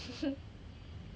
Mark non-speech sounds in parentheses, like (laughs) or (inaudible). (laughs)